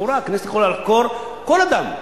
לכאורה הכנסת יכולה לחקור כל אדם.